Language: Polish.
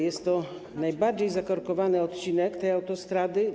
Jest to najbardziej zakorkowany odcinek tej autostrady.